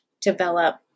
develop